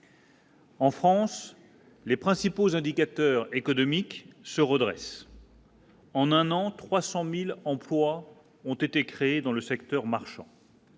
En France, les principaux indicateurs économiques se redresse. En un an 300000 emplois ont été créés dans le secteur marchand.